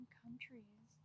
countries